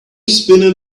spinner